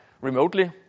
remotely